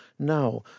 Now